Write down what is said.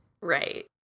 Right